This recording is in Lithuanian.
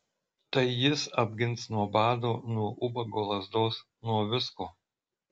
tai jis apgins nuo bado nuo ubago lazdos nuo visko